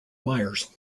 meyers